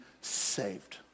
saved